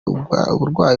uburwayi